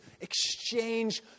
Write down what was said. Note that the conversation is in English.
exchange